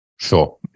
Sure